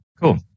Cool